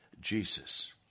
Jesus